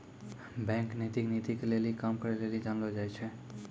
bank नैतिक नीति के लेली काम करै लेली जानलो जाय छै